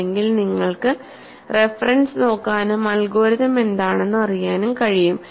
അല്ലെങ്കിൽ നിങ്ങൾക്ക് റഫറൻസ് നോക്കാനും അൽഗോരിതം എന്താണെന്ന് അറിയാനും കഴിയും